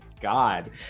God